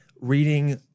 reading